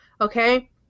Okay